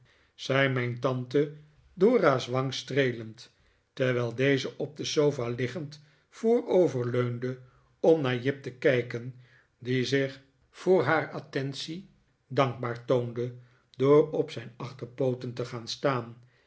zei mijn tante dora's wang streelend terwijl deze op de sofa liggend voorover leunde om naar jip te kijken die zich voor haar attentie dankbaar toonde door op zijn achterpooten te gaan staan